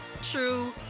true